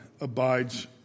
abides